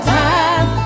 time